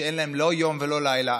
שאין להם לא יום ולא לילה,